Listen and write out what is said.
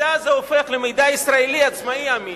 המידע הזה הופך למידע ישראלי עצמאי אמין,